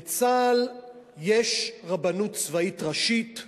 בצה"ל יש רבנות צבאית ראשית,